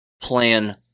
plan